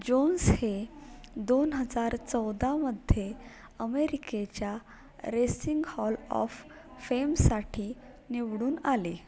Johne's हे दोन हजार चौदामध्ये अमेरिकेच्या रेसिंग हॉल ऑफ फेमसाठी निवडून आले